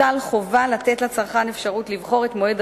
תוטל חובה לתת לצרכן אפשרות לבחור את מועד